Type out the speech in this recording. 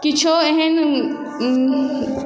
किछो एहन